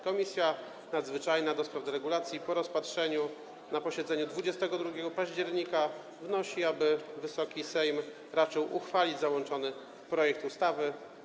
Komisja Nadzwyczajna do spraw deregulacji po rozpatrzeniu go na posiedzeniu w dniu 22 października wnosi, aby Wysoki Sejm raczył uchwalić załączony projekt ustawy.